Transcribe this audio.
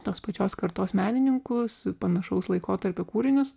tos pačios kartos menininkus panašaus laikotarpio kūrinius